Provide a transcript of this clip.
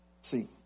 See